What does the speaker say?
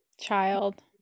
child